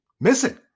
missing